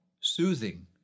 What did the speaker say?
soothing